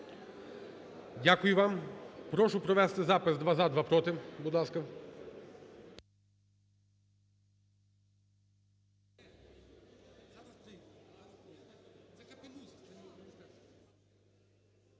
Дякую вам. Прошу провести запис: два – за, два – проти.